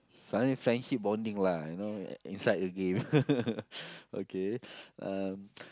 finding friendship bonding lah you know inside the game okay um